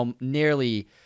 nearly